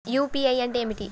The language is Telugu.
యూ.పీ.ఐ అంటే ఏమిటీ?